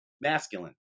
masculine